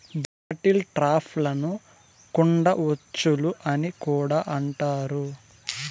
bottle ట్రాప్లను కుండ ఉచ్చులు అని కూడా అంటారు